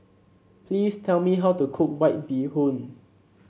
please tell me how to cook White Bee Hoon